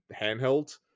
handheld